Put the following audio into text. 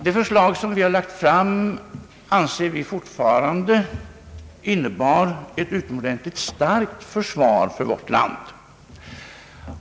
Det förslag som vi lagt fram anser vi fortfarande innebära ett utomordentligt starkt försvar för vårt land.